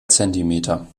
zentimeter